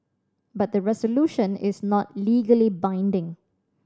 but the resolution is not legally binding